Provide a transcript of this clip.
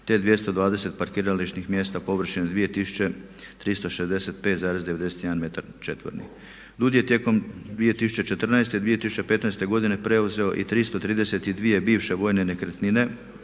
te 220 parkirališnih mjesta površine 2365,91 metar četvorni. DUDI je tijekom 2014. i 2015. godine preuzeo i 332 bivše vojne nekretnine,